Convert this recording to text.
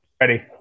Ready